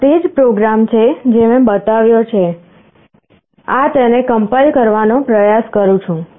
આ તે જ પ્રોગ્રામ છે જે મેં બતાવ્યો છે આ તેને કમ્પાઈલ કરવાનો પ્રયાસ કરું છું